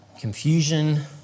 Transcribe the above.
Confusion